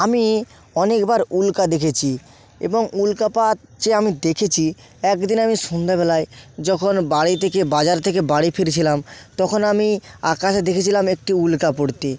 আমি অনেকবার উল্কা দেখেছি এবং উল্কাপাত যে আমি দেখেছি একদিন আমি সন্ধ্যাবেলায় যখন বাড়ি থেকে বাজার থেকে বাড়ি ফিরছিলাম তখন আমি আকাশে দেখেছিলাম একটি উল্কা পড়তে